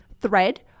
thread